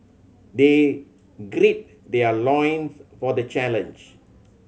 they gird their loins for the challenge